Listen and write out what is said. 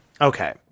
Okay